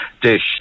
dish